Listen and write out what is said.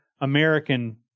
American